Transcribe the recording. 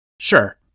Sure